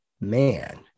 man